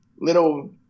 little